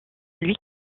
louis